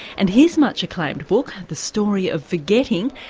and his much acclaimed book the story of forgetting,